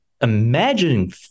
Imagine